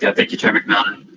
yeah thank you, chair mcmillan,